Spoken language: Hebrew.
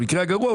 במקרה הגרוע,